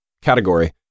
category